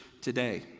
today